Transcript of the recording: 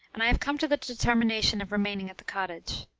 and i have come to the determination of remaining at the cottage.